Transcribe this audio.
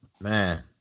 man